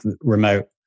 remote